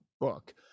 book